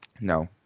No